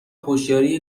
هوشیاری